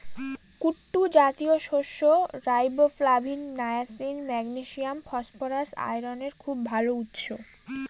কুট্টু জাতীয় শস্য riboflavin, niacin, magnesium, phosphorus, আয়রনের খুব ভাল উৎস